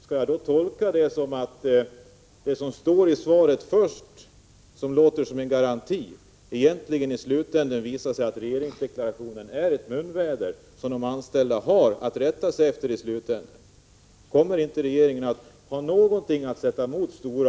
Skall jag tolka det så, att det som står i svaret och som låter som en garanti inte är riktigt? Visar det sig i slutänden att vad som sägs i regeringsdeklarationen är munväder? Kommer inte regeringen att ha någonting att sätta emot Stora?